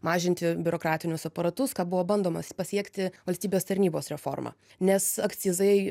mažinti biurokratinius aparatus ką buvo bandomas pasiekti valstybės tarnybos reforma nes akcizai